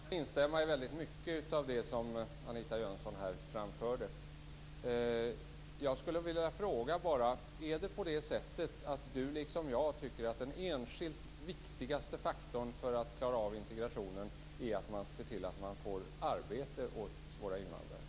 Fru talman! Man kan instämma i väldigt mycket av det som Anita Jönsson här framförde. Jag skulle bara vilja fråga: Tycker Anita Jönsson liksom jag att den enskilt viktigaste faktorn när det gäller att klara av integrationen är att se till att få arbete åt våra invandrare?